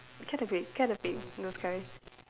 Caterpie Caterpie those kind